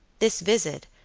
this visit,